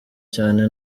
cyane